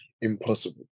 impossible